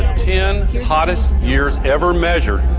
ten hottest years ever measured,